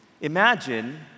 Imagine